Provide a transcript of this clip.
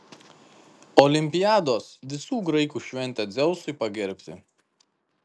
olimpiados visų graikų šventė dzeusui pagerbti